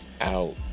out